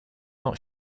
not